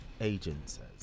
agencies